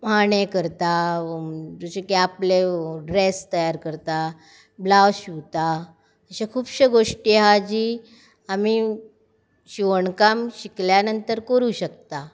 माणे करता जशे की आपले ड्रॅस तयार करता ब्लावज शिवता अशे खुबशे गोश्टी आसा जी आमी शिवणकाम शिकल्या नंतर करूंक शकता